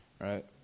right